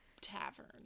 Tavern